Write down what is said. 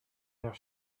their